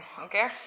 okay